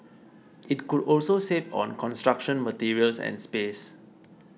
it could also save on construction materials and space